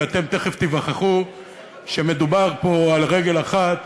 ואתם תכף תיווכחו שמדובר פה, על רגל אחת,